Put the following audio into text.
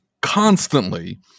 constantly